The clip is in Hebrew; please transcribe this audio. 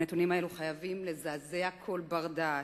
הנתונים האלה חייבים לזעזע כל בר-דעת.